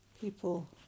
people